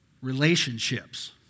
relationships